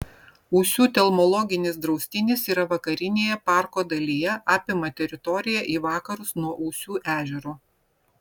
ūsių telmologinis draustinis yra vakarinėje parko dalyje apima teritoriją į vakarus nuo ūsių ežero